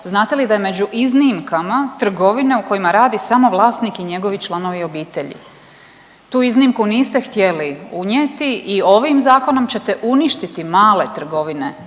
Znate li da je među iznimkama trgovine u kojima radi samo vlasnik i njegovi članovi obitelji. Tu iznimku niste htjeli unijeti i ovim zakonom ćete uništiti male trgovine,